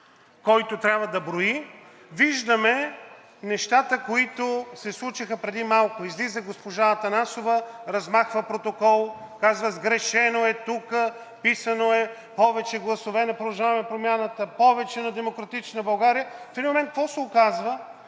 който трябва да брои, виждаме нещата, които се случиха преди малко. Излезе госпожа Атанасова, размахва протокол, казва: сгрешено е тук, писани са повече гласове на „Продължаваме Промяната“, повече на „Демократична България“. В един момент какво се оказва?